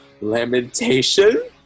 lamentation